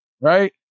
right